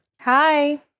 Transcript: Hi